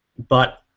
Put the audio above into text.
but.